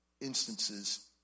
instances